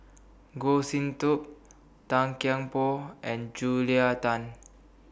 Goh Sin Tub Tan Kian Por and Julia Tan